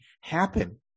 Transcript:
happen